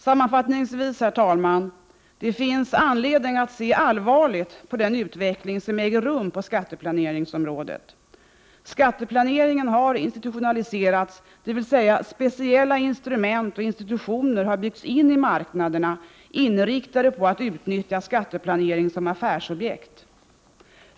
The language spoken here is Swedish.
Sammanfattningsvis finns det anledning, herr talman, att se allvarligt på den utveckling som äger rum på skatteplaneringsområdet. Skatteplaneringen har institutionaliserats, dvs. speciella instrument och institutioner har byggts in i marknaderna, inriktade på att utnyttja skatteplanering som affärsobjekt.